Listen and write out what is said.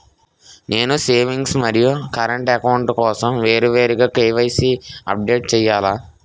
నేను సేవింగ్స్ మరియు current account కోసం వేరువేరుగా కే.వై.సీ అప్డేట్ చేయాలా?